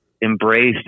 embrace